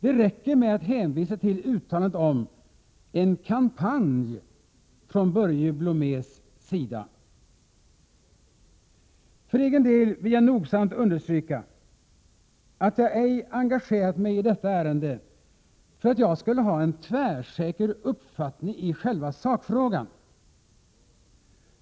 Det räcker med att hänvisa till uttalandet om en ”kampanj” från Börje Blomés sida. För egen del vill jag nogsamt understryka att jag ej engagerat mig i detta ärende för att jag skulle ha en tvärsäker uppfattning i själva sakfrågan.